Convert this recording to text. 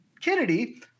Kennedy